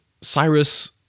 Cyrus